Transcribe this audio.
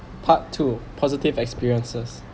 part two positive experiences